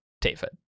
David